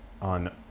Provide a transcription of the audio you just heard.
on